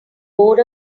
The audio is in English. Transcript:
board